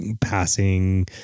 passing